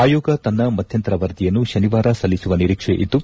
ಆಯೋಗ ತನ್ನ ಮಧ್ಯಂತರ ವರದಿಯನ್ನು ಶನಿವಾರ ಸಲ್ಲಿಸುವ ನಿರೀಕ್ಷೆ ಇದ್ದು